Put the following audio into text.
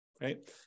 Right